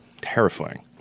Terrifying